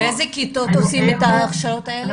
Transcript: באיזה כיתות עושים את ההכשרות האלה?